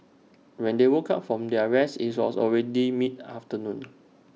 when they woke up from their rest IT was already mid afternoon